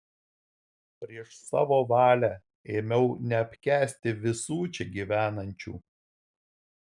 prieš savo valią ėmiau neapkęsti visų čia gyvenančių